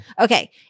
Okay